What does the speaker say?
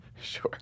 Sure